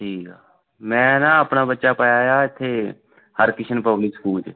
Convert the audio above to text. ਠੀਕ ਆ ਮੈਂ ਨਾ ਆਪਣਾ ਬੱਚਾ ਪਾਇਆ ਆ ਇੱਥੇ ਹਰਕ੍ਰਿਸ਼ਨ ਪਬਲਿਕ ਸਕੂਲ 'ਚ